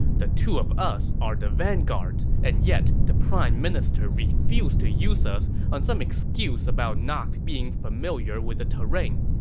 the two of us are the vanguards, and yet the prime minister refused to use us on some excuse about not being familiar with the terrain.